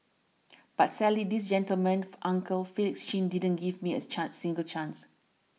but sadly this gentleman uncle Felix Chin didn't give me a chance single chance